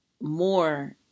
more